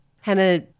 Hannah